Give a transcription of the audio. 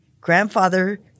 grandfather